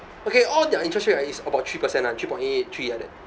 okay all their interest rate ah is about three percent ah three point eight three like that